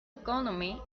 economy